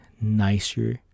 nicer